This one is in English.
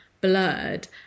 blurred